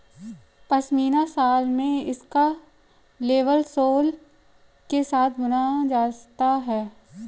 pashmina shawl में इसका label सोल के साथ बुना जाता है